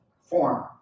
form